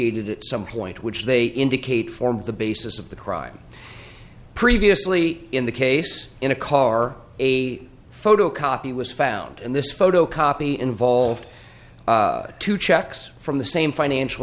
at some point which they indicate form the basis of the crime previously in the case in a car a photo copy was found in this photo copy involved two checks from the same financial